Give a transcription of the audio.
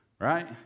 right